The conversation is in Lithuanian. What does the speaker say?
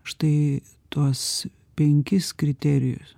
štai tuos penkis kriterijus